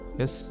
yes